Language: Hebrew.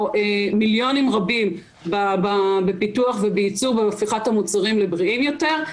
מיליונים רבים בפיתוח ובייצור ובהפיכת המוצרים לבריאים יותר.